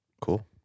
Cool